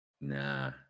Nah